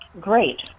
Great